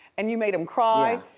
and you made him cry.